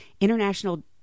international